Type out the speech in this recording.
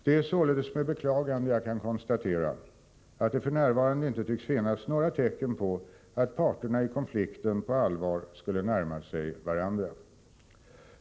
Det är således med beklagande jag kan konstatera att det f. n. inte tycks finnas några tecken på att parterna i konflikten på allvar skulle närma sig varandra.